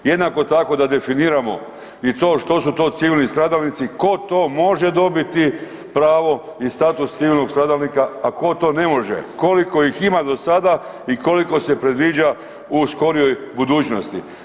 Jednako tako, da definiramo i to što su to civilni stradalnici, tko to može dobiti pravo i status civilnog stradalnika, a ko to ne može, koliko ih ima do sada i koliko se predviđa u skorijoj budućnosti.